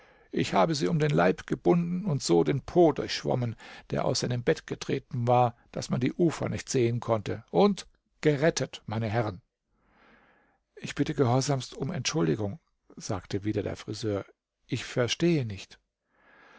ich habe sie um den leib gebunden und so den po durchschwommen der aus seinem bett getreten war daß man die ufer nicht sehen konnte und gerettet meine herren ich bitte gehorsamst um entschuldigung sagte wieder der friseur ich verstehe nicht